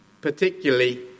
particularly